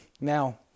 Now